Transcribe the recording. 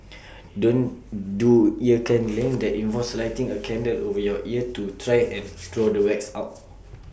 don't do ear candling that involves lighting A candle over your ear to try and draw the wax out